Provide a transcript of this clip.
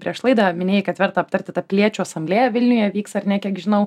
prieš laidą minėjai kad verta aptarti tą piliečių asamblėja vilniuje vyks ar ne kiek žinau